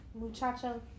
Muchacho